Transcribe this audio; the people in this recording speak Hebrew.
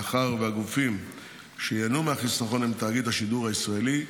מאחר שהגופים שייהנו מהחיסכון הם תאגיד השידור הישראלי,